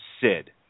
Sid